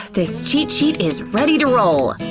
this cheat sheet is ready to roll!